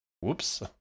Whoops